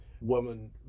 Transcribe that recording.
woman